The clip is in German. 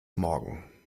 morgen